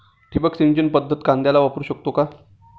ठिबक सिंचन पद्धत कांद्याला वापरू शकते का?